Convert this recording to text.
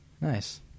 nice